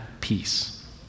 peace